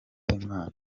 imana